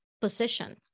position